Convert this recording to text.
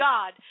God